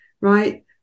right